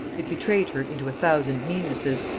it betrayed her into a thousand meannesses,